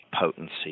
potency